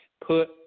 put